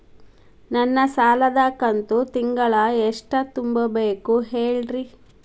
ನನ್ನ ಸಾಲದ ಕಂತು ತಿಂಗಳ ಎಷ್ಟ ತುಂಬಬೇಕು ಹೇಳ್ರಿ?